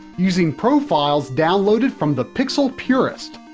using profiles downloaded from the pixel purist,